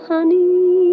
Honey